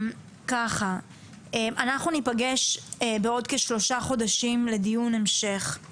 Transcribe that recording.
אנחנו ניפגש בעוד כשלושה חודשים לדיון המשך.